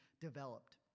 developed